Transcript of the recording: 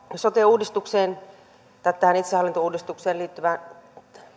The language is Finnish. sote uudistukseen tai itsehallintouudistukseen liittyvään